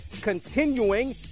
Continuing